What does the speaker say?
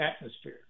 atmosphere